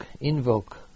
invoke